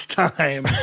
time